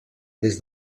des